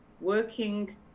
working